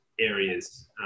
areas